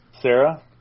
Sarah